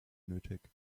nötig